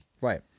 Right